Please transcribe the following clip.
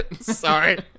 Sorry